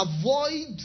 Avoid